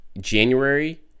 january